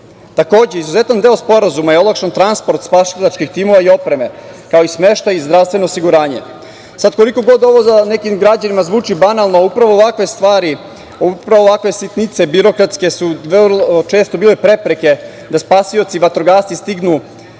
sporazume. Izuzetan deo sporazuma je olakšan transport spasilačkih timova i opreme, kao i smeštaj i zdravstveno osiguranje. Koliko god ovo da nekim građanima zvuči banalno, upravo ovakve stvari, upravo ovakve sitnice, birokratske, su vrlo često bile prepreke da spasioci vatrogasci stignu